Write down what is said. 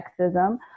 sexism